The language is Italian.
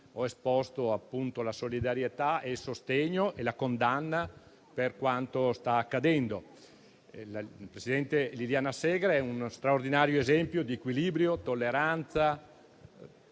ho esposto appunto la solidarietà, il sostegno e la condanna per quanto sta accadendo. Il presidente Liliana Segre è uno straordinario esempio di equilibrio, tolleranza,